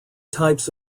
types